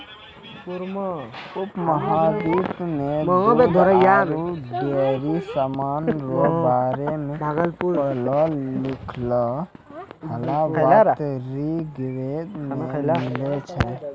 उपमहाद्वीप मे दूध आरु डेयरी समान रो बारे मे पढ़लो लिखलहा बात ऋग्वेद मे मिलै छै